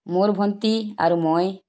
মোৰ ভণ্টি আৰু মই